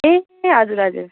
ए हजुर हजुर